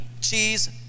cheese